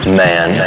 man